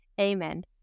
Amen